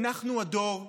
אנחנו הדור שישנה.